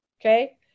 Okay